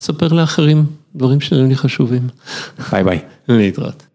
תספר לאחרים, דברים שלא יהיו לי חשובים, ביי ביי, להתראות.